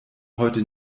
heute